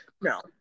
No